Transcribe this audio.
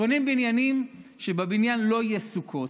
בונים בניינים שבהם לא יהיו סוכות.